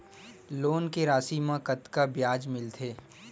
Loan के राशि मा कतका ब्याज मिलथे?